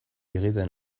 egiten